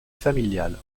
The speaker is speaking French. familial